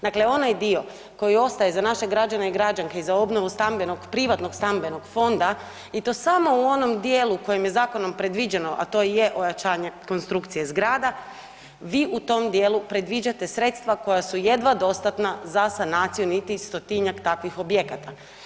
Dakle onaj dio koji ostaje za naše građane i građanke za obnovu stambenog, privatnog stambenog fonda i to samo u onom dijelu kojim je zakonom predviđeno, a to je ojačanje konstrukcije zgrada, vi u tom dijelu predviđate sredstva koja su jedva dostatna za sanaciju niti stotinjak takvih objekata.